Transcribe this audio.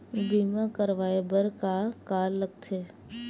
बीमा करवाय बर का का लगथे?